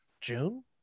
June